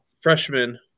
freshman